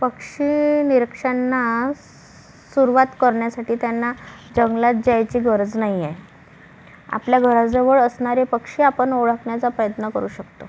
पक्षी निरीक्षणास सुरूवात करण्यासाठी त्यांना जंगलात जायची गरज नाही आहे आपल्या घराजवळ असणारे पक्षी आपण ओळखण्याचा प्रयत्न करू शकतो